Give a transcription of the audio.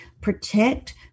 protect